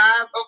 Okay